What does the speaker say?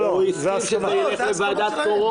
הוא הסכים שזה ילך לוועדת הקורונה.